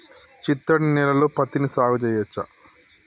చిత్తడి నేలలో పత్తిని సాగు చేయచ్చా?